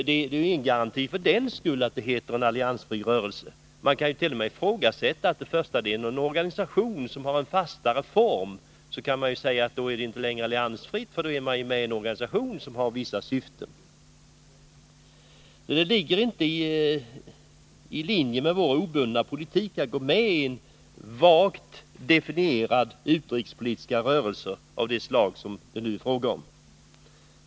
Det innebär alltså ingen garanti att det heter ”alliansfri rörelse”. När det gäller en organisation som har en fastare form, kan man ju t.o.m. säga att man inte längre är alliansfri om man är med i en organisation som har vissa syften. Det ligger inte i linje med vår obundna politik att gå med i vagt definierade utrikespolitiska rörelser av det slag som det nu är fråga om.